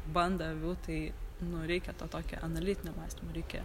bandą avių tai nu reikia to tokio analitinio mąstymo reikia